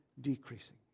decreasing